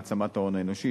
העצמת ההון האנושי,